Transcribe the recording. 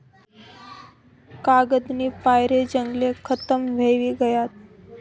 कागदनी पायरे जंगले खतम व्हयी गयात